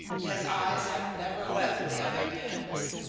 his eyes had never left the other man's.